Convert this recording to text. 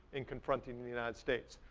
in confronting the united states.